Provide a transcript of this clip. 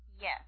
Yes